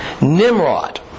Nimrod